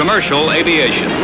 commercial aviation